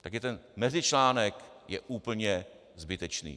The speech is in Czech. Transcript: Tak je ten mezičlánek úplně zbytečný.